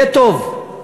יהיה טוב.